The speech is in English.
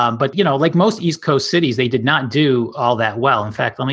um but, you know, like most east coast cities, they did not do all that well. in fact, um ah